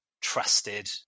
trusted